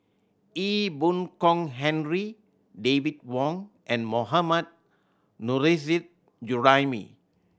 Ee Boon Kong Henry David Wong and Mohammad Nurrasyid Juraimi